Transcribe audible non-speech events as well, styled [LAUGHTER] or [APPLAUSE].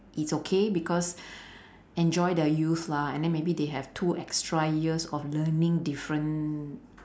it's okay because [BREATH] enjoy their youth lah and then maybe they have two extra years of learning different